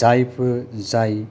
जायफोर जाय